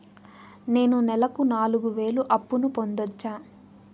నేను నెలకు నాలుగు వేలు అప్పును పొందొచ్చా?